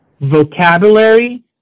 vocabulary